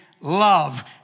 love